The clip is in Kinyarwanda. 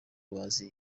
bazi